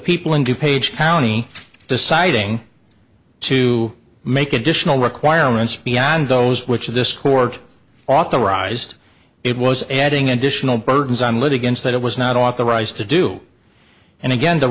people in the page county deciding to make additional requirements beyond those which this court authorized it was adding additional burdens on litigants that it was not authorized to do and again the